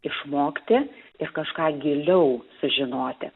išmokti ir kažką giliau sužinoti